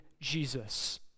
Jesus